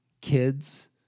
kids